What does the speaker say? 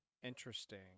interesting